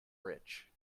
rich